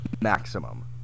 maximum